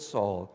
Saul